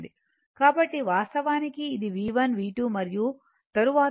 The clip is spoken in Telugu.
కాబట్టి వాస్తవానికి ఇది V1 V2 మరియు తరువాత e jθ1 θ2